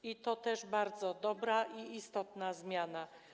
I to też bardzo dobra i istotna zmiana.